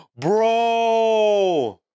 Bro